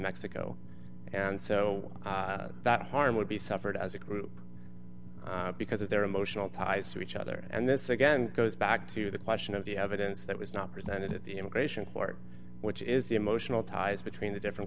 mexico and so that harm would be suffered as a group because of their emotional ties to each other and this again goes back to the question of the evidence that was not presented at the immigration court which is the emotional ties between the different